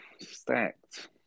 stacked